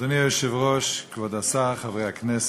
אדוני היושב-ראש, כבוד השר, חברי הכנסת,